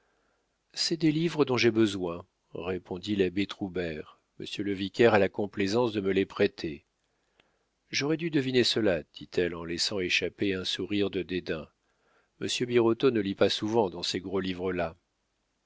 c'est des livres dont j'ai besoin répondit l'abbé troubert monsieur le vicaire a la complaisance de me les prêter j'aurais dû deviner cela dit-elle en laissant échapper un sourire de dédain monsieur birotteau ne lit pas souvent dans ces gros livres là